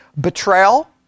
betrayal